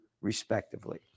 respectively